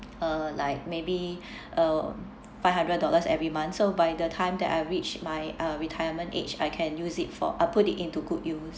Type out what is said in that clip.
uh like maybe uh five hundred dollars every month so by the time that I reach my uh retirement age I can use it for I'll put it into good use